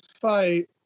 fight